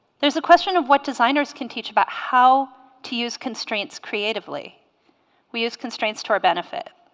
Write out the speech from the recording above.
there's a question of what designers can teach about how to use constraints creatively we use constraints to our benefit